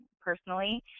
personally